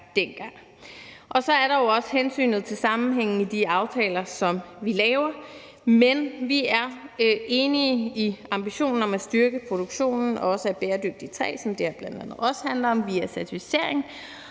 Og så er der jo også hensynet til sammenhængen i de aftaler, som vi laver. Men vi er enige i ambitionen om at styrke produktionen også af bæredygtigt træ, som det her bl.a. også handler om, via certificering,